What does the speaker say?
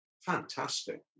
fantastic